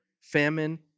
famine